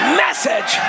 message।